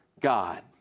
God